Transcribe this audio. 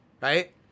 Right